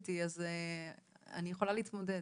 את הכלב איתי, אני יכולה להתמודד?